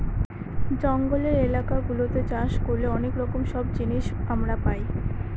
জঙ্গলের এলাকা গুলাতে চাষ করলে অনেক রকম সব জিনিস আমরা পাই